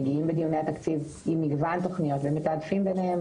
מגיעים לדיוני התקציב עם מגוון תוכניות ומתעדפים ביניהן.